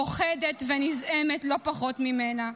פוחדת ונזעמת לא פחות ממנה,